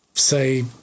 say